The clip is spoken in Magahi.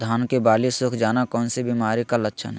धान की बाली सुख जाना कौन सी बीमारी का लक्षण है?